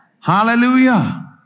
Hallelujah